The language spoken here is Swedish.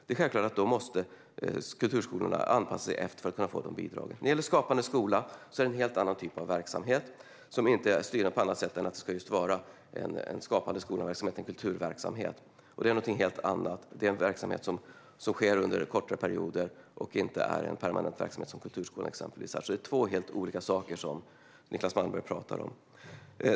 Det är självklart att kulturskolorna måste anpassa sig för att kunna få de bidragen. Skapande skola är en helt annan typ av verksamhet, där bidragen inte är styrande på annat sätt än att det ska vara just en skapande skolverksamhet och en kulturverksamhet. Det är någonting helt annat. Det är en verksamhet som sker under kortare perioder och inte är en permanent verksamhet som exempelvis kulturskolan är. Det är två helt olika saker som Niclas Malmberg pratar om.